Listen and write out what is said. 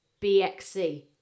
BXC